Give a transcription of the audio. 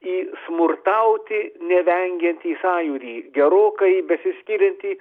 į smurtauti nevengiantį sąjūrį gerokai besiskiriantį